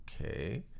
okay